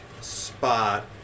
spot